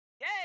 Yay